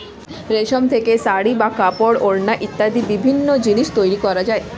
রেশম থেকে শাড়ী বা কাপড়, ওড়না ইত্যাদি বিভিন্ন জিনিস তৈরি করা যায়